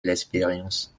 l’expérience